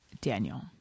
Daniel